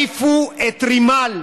תעיפו את רימל,